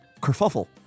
kerfuffle